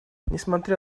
несмотря